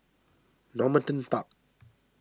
Normanton Park